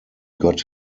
got